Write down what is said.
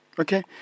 Okay